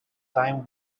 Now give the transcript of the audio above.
time